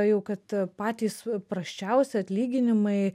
jau kad patys prasčiausi atlyginimai